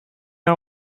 are